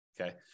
Okay